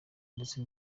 ndetse